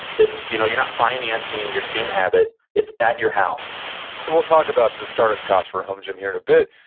you know you're not financing your gym habit, it's at your house and we'll talk about the startup cost for a home gym here in a bit.